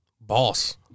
boss